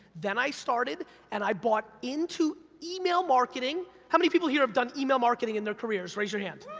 then i started and i bought into email marketing. how many people here have done email marketing in their careers? raise your hand.